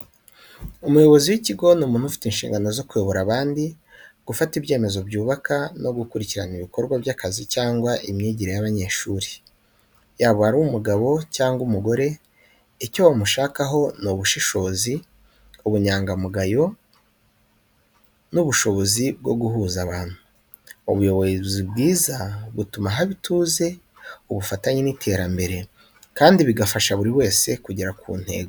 Umuyobozi w’ikigo ni umuntu ufite inshingano zo kuyobora abandi, gufata ibyemezo byubaka, no gukurikirana ibikorwa by’akazi cyangwa imyigire y’abanyeshuri. Yaba ari umugabo cyangwa umugore, icyo bamushakaho ni ubushishozi, ubunyangamugayo n’ubushobozi bwo guhuza abantu. Ubuyobozi bwiza butuma haba ituze, ubufatanye n’iterambere, kandi bigafasha buri wese kugera ku ntego.